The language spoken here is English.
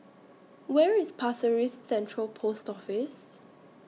Where IS Pasir Ris Central Post Office